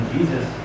Jesus